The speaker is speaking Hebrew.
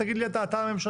תגיד לי אתה, אתה הממשלה.